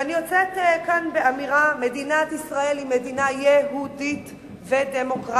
ואני יוצאת כאן באמירה: מדינת ישראל היא מדינה יהודית ודמוקרטית,